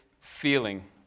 feeling